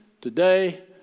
today